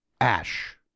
Ash